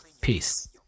Peace